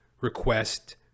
request